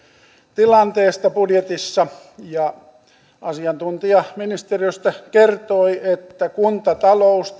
tilanteesta budjetissa ja asiantuntija ministeriöstä kertoi että kuntatalous